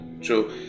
true